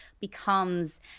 becomes